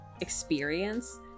experience